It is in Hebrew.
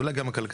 אולי גם הכלכלה,